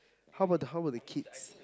how about how about the kids